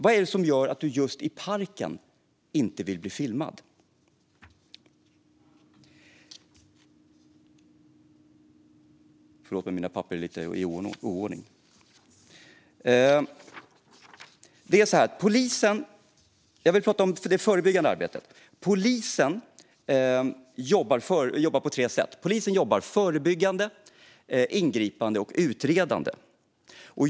Vad är det som gör att du inte vill bli filmad just i parken? Jag vill tala om det förebyggande arbetet. Polisen jobbar på tre sätt: förebyggande, ingripande och utredande.